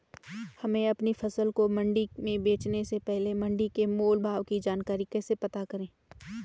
हमें अपनी फसल को मंडी में बेचने से पहले मंडी के मोल भाव की जानकारी कैसे पता करें?